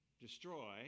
destroy